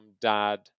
dad